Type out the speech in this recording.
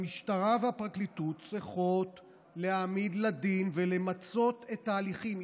המשטרה והפרקליטות צריכות להעמיד לדין ולמצות את ההליכים.